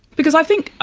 because i think,